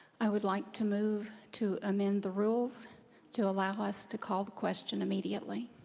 i would like to move to amend the rules to allow us to call the question immediately.